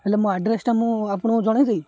ହେଲେ ମୋ ଆଡ଼୍ରେସ୍ଟା ମୁଁ ଆପଣଙ୍କୁ ଜଣାଇିଦେବି